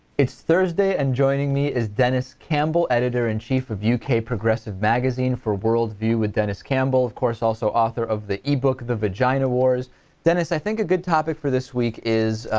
it's thursday and joining me is dennis campbell editor in chief of u k progressive magazine for world view we dennis campbell of course also author of the key book the vagina wars dennis i think a good topic for this week is